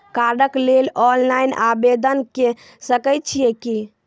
कार्डक लेल ऑनलाइन आवेदन के सकै छियै की?